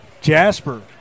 Jasper